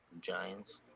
Giants